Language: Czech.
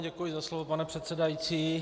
Děkuji za slovo, pane předsedající.